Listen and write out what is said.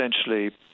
essentially